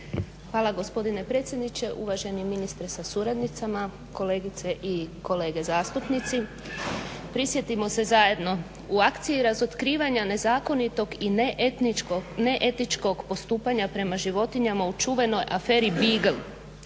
Hvala gospodine predsjedniče, uvaženi ministre sa suradnicama, kolegice i kolege zastupnici. Prisjetimo se zajedno u akciji razotkrivanja nezakonitog i neetičkog postupanja prema životinjama u čuvenoj aferi Bigl